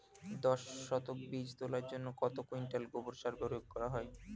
দশ শতক বীজ তলার জন্য কত কুইন্টাল গোবর সার প্রয়োগ হয়?